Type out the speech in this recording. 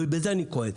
ועל זה אני כועס.